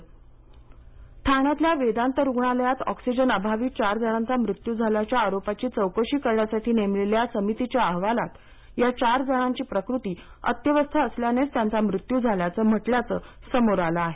ठाणे मत्य अहवाल ठाण्यातील वेदांत रुग्णालयात ऑक्सीजन अभावी चार जणांचा मृत्यू झाल्याच्या आरोपाची चौकशी करण्यासाठी नेमलेल्या समितीच्या अहवालात या चार जणांची प्रकृती अत्यवस्थ असल्यानेच त्यांचा मृत्यू झाल्याचं म्हटलं असल्याचं समोर आलं आहे